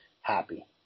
happy